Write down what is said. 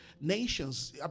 nations